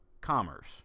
commerce